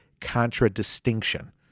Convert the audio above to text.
contradistinction